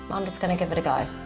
i'm just gonna give it a go.